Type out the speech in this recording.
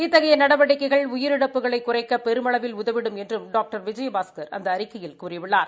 இத்தகைய நடவடிக்கைகள் உயிரிழப்புகளை குறைக்க பெருமளவில் உதவிடும் என்றும் டாக்டர் விஜயபாஸ்கா அந்த அறிக்கையில் கூறியுள்ளார்